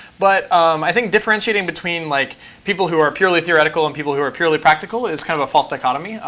but um i think differentiating between like people who are purely theoretical and people who are purely practical is kind of a false dichotomy.